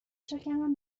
شکمم